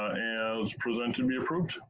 as presented be approved.